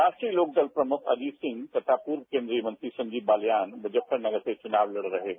राष्ट्रीय लोकदल प्रमुख अजीत सिंह तथा पूर्व केन्द्रीय मंत्री संजीव बालियान मुजफ्फर नगर से चुनाव लड़ रहे हैं